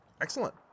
excellent